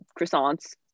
croissants